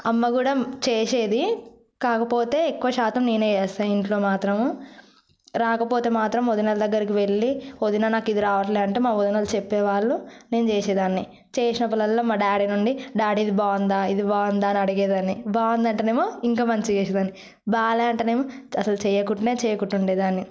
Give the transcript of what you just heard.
అమ్మ కూడ చేసేది కాకపోతే ఎక్కువశాతం నేనే చేస్తా ఇంట్లో మాత్రం రాకపోతే మాత్రం వదినల దగ్గరకి ఎళ్ళి వదినా నాకు ఇది రాట్లే అంటే మా వదినలు చెప్పేవాళ్ళు నేను చేసేదాన్ని చేసినప్పుడల్లా మా డాడీ నుండి డాడీ ఇది బాగుందా ఇది బాగుందా అని అడిగేదాన్ని బావుందంటేనేమో ఇంకా మంచిగా చేసేదాన్ని బాలేదంటేనెమో అసలు చేయకుంటే చేకుంటేదాన్ని